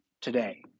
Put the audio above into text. today